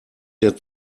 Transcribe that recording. der